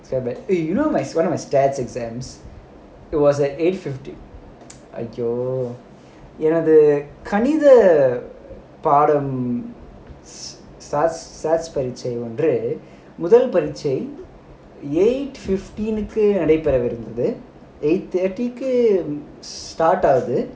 so but eh you know my one of my statistics exams it was at eight fifteen !aiyo! எனக்கு கணித பாடம்:enakku kanitha paadam statistics statistics பரீட்சை ஓன்று முதல் பரிட்சை:paritchai ondru muthal paritchai eight fifteen கு நடைபெற இருந்தது:ku nadaipera irunthathu eight thirty கு:ku start ஆகுது:aaguthu